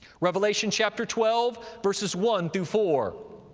revelation, chapter twelve, verses one through four.